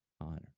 honor